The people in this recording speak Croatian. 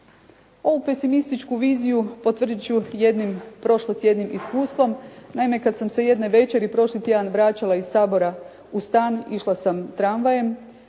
Ovu pesimističku viziju potvrditi ću jednim prošlotjednim iskustvom. Naime, kad sam se jedne večeri prošli tjedan vraćala iz Sabora u stan, išla sam tramvajem,